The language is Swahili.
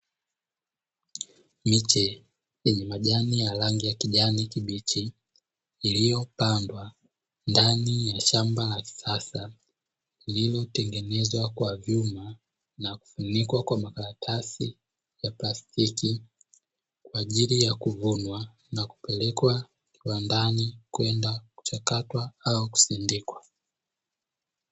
Miche yenye majani ya rangi ya kijani kibichi, iliyopandwa ndani ya shamba la kisasa lililotengenezwa kwa vyuma na kufunikwa kwa makaratasi ya plastiki, kwa ajili ya kuvunwa na kupelekwa kiwandani kwenda kuchakatwa au kusindikwa.